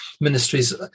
ministries